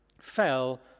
fell